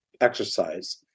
exercise